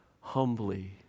humbly